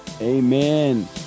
Amen